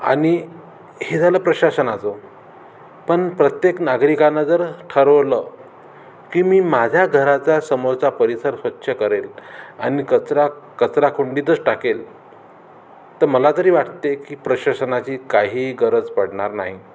आणि हे झालं प्रशासनाचं पण प्रत्येक नागरिकांनं जर ठरवलं की मी माझ्या घराचा समोरचा परिसर स्वच्छ करेल आणि कचरा कचराकुंडीतच टाकेल तर मला तरी वाटते आहे की प्रशाशनाची काही गरज पडणार नाही